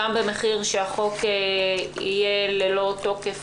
גם במחיר שהחוק יהיה ללא תוקף,